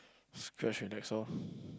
index lor